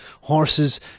horses